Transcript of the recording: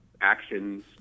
actions